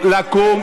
אתה מרים את הקול.